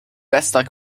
bester